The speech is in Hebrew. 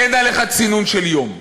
אין עליך צינון של יום.